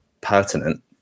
pertinent